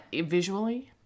Visually